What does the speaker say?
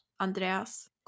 Andreas